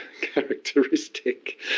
characteristic